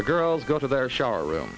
the girls go to their shower